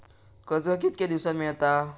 कर्ज कितक्या दिवसात मेळता?